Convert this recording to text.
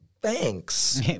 thanks